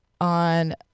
on